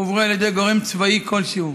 הועברו על ידי גורם צבאי כלשהו.